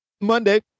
Monday